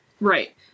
Right